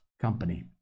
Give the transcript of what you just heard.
company